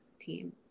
team